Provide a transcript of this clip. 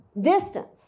Distance